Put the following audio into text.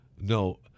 No